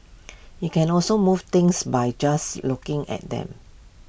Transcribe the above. IT can also move things by just looking at them